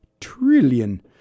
Trillion